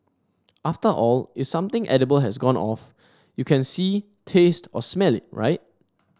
after all if something edible has gone off you can see taste or smell it right